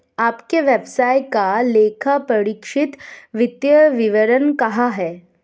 आपके व्यवसाय का लेखापरीक्षित वित्तीय विवरण कहाँ है?